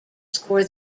score